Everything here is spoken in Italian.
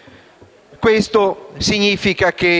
tutt'altra cosa.